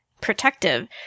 protective